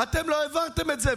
אתם לא העברתם את זה,